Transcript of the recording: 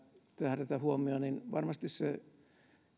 tähdätä huomio varmasti